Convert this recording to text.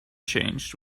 changed